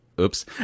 oops